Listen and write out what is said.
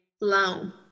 loan